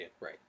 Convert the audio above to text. Right